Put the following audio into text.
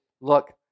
look